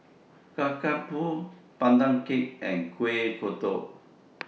Kacang Pool Pandan Cake and Kueh Kodok